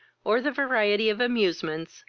or the variety of amusements,